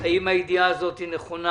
האם הידיעה הזאת היא נכונה,